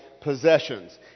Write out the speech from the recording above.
possessions